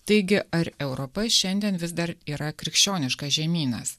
taigi ar europa šiandien vis dar yra krikščioniškas žemynas